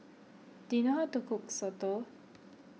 do you know how to cook Soto